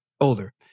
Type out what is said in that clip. older